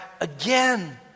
again